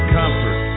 comfort